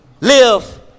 live